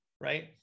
right